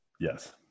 Yes